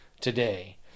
today